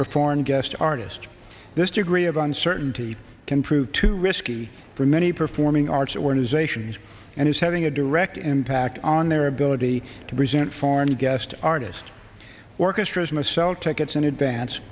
foreign guest artist this degree of uncertainty can prove too risky for many performing arts organizations and is having a direct impact on their ability to present foreign guest artist orchestras must sell tickets in advance